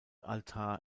altar